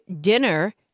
dinner